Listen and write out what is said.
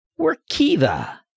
Workiva